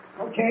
Okay